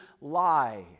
lie